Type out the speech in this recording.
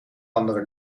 andere